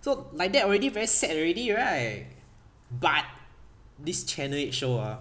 so like that already very sad already right but this channel eight show ah